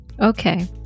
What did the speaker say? okay